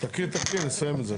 תקריא, תקריא, נסיים את זה.